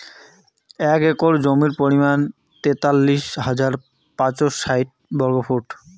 এক একর জমির পরিমাণ তেতাল্লিশ হাজার পাঁচশ ষাইট বর্গফুট